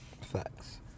Facts